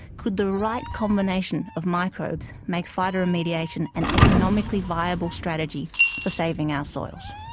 could the right combination of microbes make phytoremediation an economically viable strategy for saving our soils?